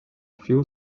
fio